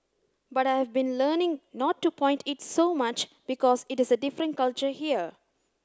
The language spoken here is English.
but I have been learning not to point it so much because it is a different culture here